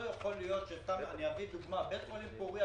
לא יכול להיות שבית חולים פוריה